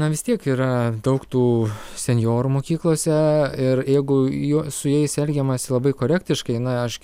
na vis tiek yra daug tų senjorų mokyklose ir jeigu jo su jais elgiamasi labai korektiškai na aš